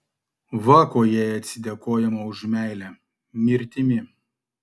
va kuo jai atsidėkojama už meilę mirtimi